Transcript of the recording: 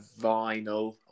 Vinyl